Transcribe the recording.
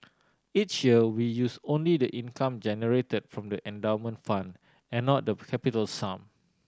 each year we use only the income generated from the endowment fund and not the capital sum